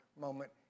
moment